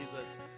Jesus